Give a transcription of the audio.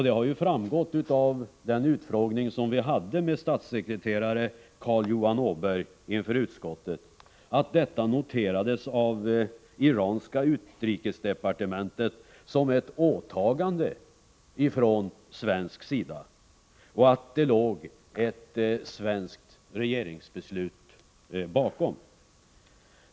Det har framgått vid utfrågningen av statssekreterare Carl-Johan Åberg inför utskottet, att detta noterades av iranska utrikesdepartementet som ett åtagande från svensk sida och att det låg ett svenskt regeringsbeslut bakom.